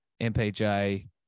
MPJ